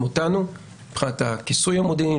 אותנו מבחינת הכיסוי המודיעיני,